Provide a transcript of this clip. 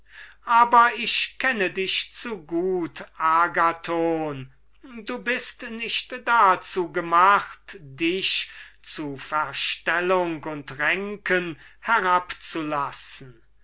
aber ich kenne dich zu gut agathon du bist nicht dazu gemacht dich zu verstellung ränken und hofkünsten herabzulassen